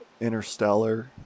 interstellar